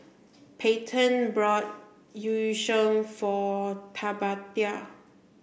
Payton bought Yu Sheng for Tabatha